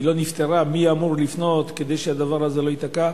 לא נפתרה, מי אמור לפנות, כדי שהדבר הזה לא ייתקע.